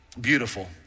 beautiful